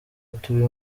atuye